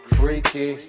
freaky